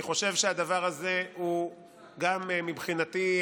אני חושב שהדבר הזה, גם מבחינתי,